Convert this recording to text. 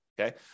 okay